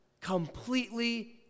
completely